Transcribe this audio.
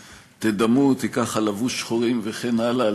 תדמו אותי ככה לבוש שחורים וכן הלאה,